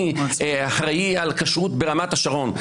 אני אחראי על כשרות ברמת השרון,